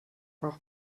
auch